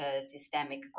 systemic